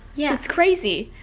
yeah it's crazy,